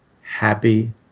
happy